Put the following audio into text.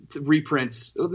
reprints